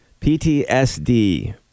PTSD